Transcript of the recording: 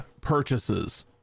purchases